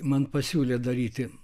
man pasiūlė daryti